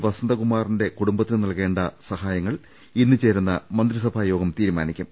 വസന്തകുമാറിന്റെ കുടുംബത്തിന് നൽകുന്ന സഹായങ്ങൾ ഇന്ന് ചേരുന്ന മന്ത്രിസഭാ യോഗം തീരുമാനിക്കും